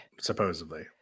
supposedly